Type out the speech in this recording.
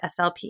SLP